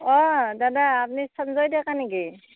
অঁ দাদা আপুনি সঞ্জয় ডেকা নেকি